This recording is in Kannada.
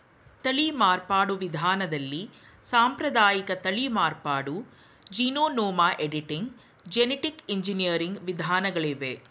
ತಳಿ ಮಾರ್ಪಾಡು ವಿಧಾನದಲ್ಲಿ ಸಾಂಪ್ರದಾಯಿಕ ತಳಿ ಮಾರ್ಪಾಡು, ಜೀನೋಮ್ ಎಡಿಟಿಂಗ್, ಜೆನಿಟಿಕ್ ಎಂಜಿನಿಯರಿಂಗ್ ವಿಧಾನಗಳಿವೆ